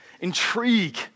Intrigue